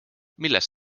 millest